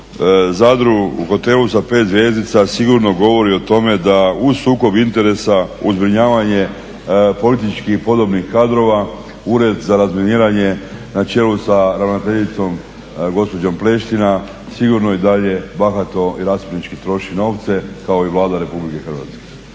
Zadru u hotelu sa 5 zvjezdica sigurno govori o tome da uz sukob interesa uz zbrinjavanje političkih podobnih kadrova Ured za razminiranje na čelu sa ravnateljicom gospođom Pleština sigurno i dalje bahato i rasipnički troši novce kao i Vlada Republike Hrvatske.